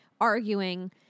arguing